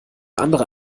andere